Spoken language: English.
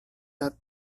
that